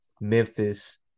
Memphis